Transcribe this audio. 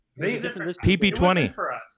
PP20